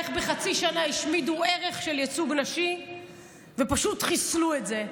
איך בחצי שנה השמידו ערך של ייצוג נשי ופשוט חיסלו את זה.